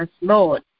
Lord